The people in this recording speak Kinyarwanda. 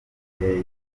rujugiro